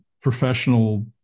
professional